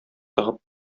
тыгып